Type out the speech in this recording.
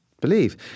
believe